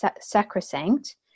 sacrosanct